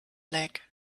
lag